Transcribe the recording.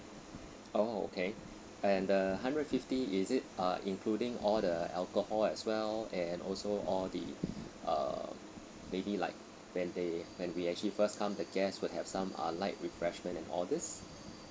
oh okay and the hundred fifty is it uh including all the alcohol as well and also all the err maybe like when they when we actually first come the guest would have some uh light refreshment and all this